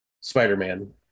Spider-Man